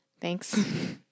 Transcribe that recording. Thanks